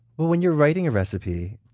but when you're writing a recipe,